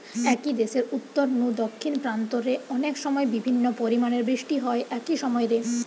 একই দেশের উত্তর নু দক্ষিণ প্রান্ত রে অনেকসময় বিভিন্ন পরিমাণের বৃষ্টি হয় একই সময় রে